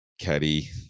caddy